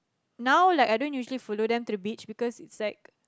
now like I don't usually follow them to the beach because it's like